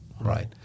Right